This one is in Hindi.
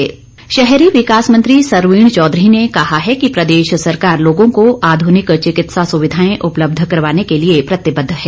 सरवीण चौधरी शहरी विकास मंत्री सरवीण चौधरी ने कहा है कि प्रदेश सरकार लोगों को आध्निक चिकित्सा सुविधायें उपलब्ध करवाने के लिये प्रतिबद्व है